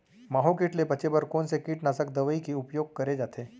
माहो किट ले बचे बर कोन से कीटनाशक दवई के उपयोग करे जाथे?